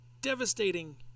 devastating